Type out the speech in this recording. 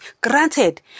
Granted